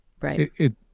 right